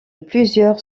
plusieurs